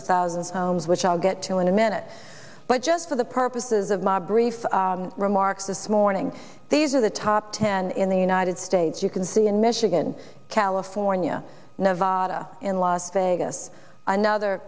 of thousands of homes which i'll get to in a minute but just for the purposes of my brief remarks this morning these are the top ten in the united states you can see in michigan california nevada in las vegas another